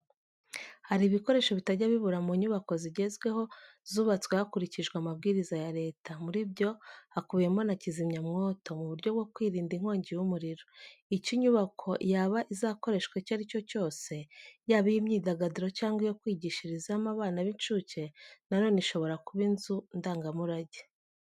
Hari ibikoresho bitajya bibura mu nyubako zigezweho, zubatswe hakurikijwe amabwiriza ya leta, muri byo hakubiyemo na kizimyamwoto, mu buryo bwo kwirinda inkongi y'umuriro. Icyo inyubako yaba izakoreshwa icyo ari cyo cyose, yaba iy'imyidagaduro cyangwa iyo kwigishirizamo abana b'incuke, na none ishobora kuba inzu ndangamurage.